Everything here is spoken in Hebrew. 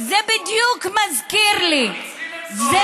זה בדיוק מזכיר לי, המצרים הם סוהרים?